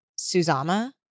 Suzama